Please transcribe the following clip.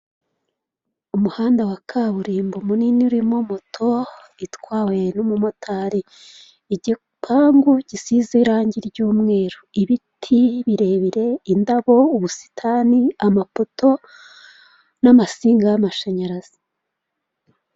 Imodoka y'ibara ry'umukara itambuka mu muhanda, uruzitiro rugizwe n'ibyuma ndetse n'amatafari ahiye, umuferege unyuramo amazi wugarijwe cyangwa se ufunzwe